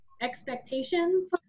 expectations